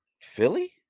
Philly